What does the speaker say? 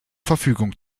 verfügung